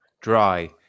dry